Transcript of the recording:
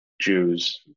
Jews